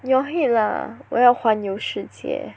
your head lah 我要环游世界